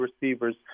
receivers